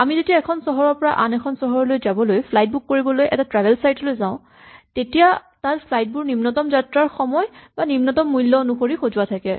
আমি যেতিয়া এখন চহৰৰ পৰা আন এখনলৈ যাবলৈ ফ্লাইট বুক কৰিবলৈ এটা ট্ৰেভেল চাইট লৈ যাও তেতিয়া তাত ফ্লাইটবোৰ নিম্নতম যাত্ৰাৰ সময় বা নিম্নতম মূল্য অনুসৰি সজোৱা থাকে